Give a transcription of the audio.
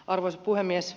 arvoisa puhemies